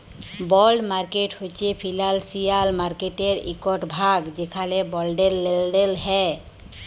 বল্ড market হছে financial মার্কেটের ইকট ভাগ যেখালে বল্ডের লেলদেল হ্যয়